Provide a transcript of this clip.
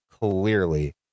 clearly